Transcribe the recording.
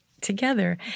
together